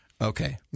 Okay